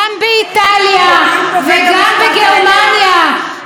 גם באיטליה וגם בגרמניה,